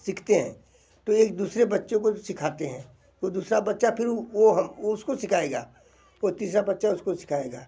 सीखते हैं तो एक दूसरे बच्चों को भी सिखाते हैं तो दूसरा बच्चा फिर वो हम उसको सिखाएगा वो तीसरा बच्चा उसको सिखाएगा